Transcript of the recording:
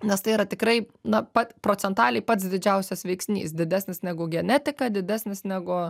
nes tai yra tikrai na pat procentaliai pats didžiausias veiksnys didesnis negu genetika didesnis negu